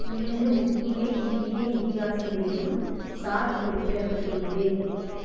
இரண்டு முக்கிய இந்திய இதிகாசங்களிலும் சாத் குறிப்பிடப்பட்டுள்ளது